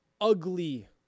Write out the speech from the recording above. ugly